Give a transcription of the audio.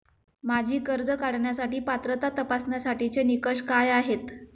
माझी कर्ज काढण्यासाठी पात्रता तपासण्यासाठीचे निकष काय आहेत?